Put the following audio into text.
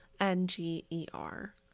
N-G-E-R